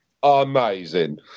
Amazing